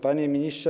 Panie Ministrze!